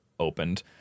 opened